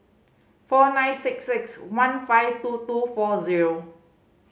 four nine six six one five two two four zero